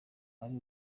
ari